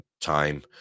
time